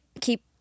keep